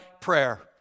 prayer